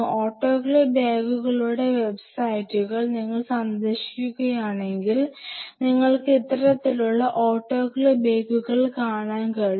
autoclave ബാഗുകളുടെ വെബ്സൈറ്റുകൾ നിങ്ങൾ സന്ദർശിക്കുകയാണെങ്കിൽ നിങ്ങൾക്ക് ഇത്തരത്തിലുള്ള ഓട്ടോക്ലേവ് ബാഗുകൾ കാണാൻ കഴിയും